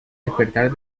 despertar